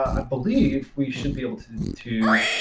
believe we should be able to to